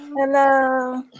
Hello